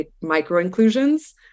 micro-inclusions